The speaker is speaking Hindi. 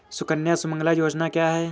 सुकन्या सुमंगला योजना क्या है?